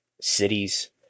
cities